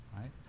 right